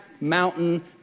mountain